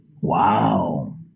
Wow